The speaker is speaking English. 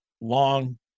long